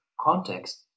context